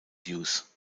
hughes